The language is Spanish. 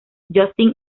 justin